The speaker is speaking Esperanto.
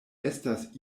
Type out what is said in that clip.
estas